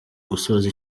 gusoza